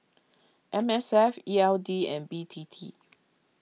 M S F E L D and B T T